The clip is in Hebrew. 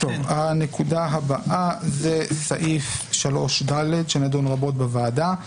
הנקודה הבאה זה סעיף 3ד, שנדון רבות בוועדה.